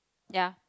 ya